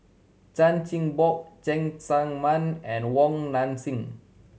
Chan Chin Bock Cheng Tsang Man and Wong Nai Chin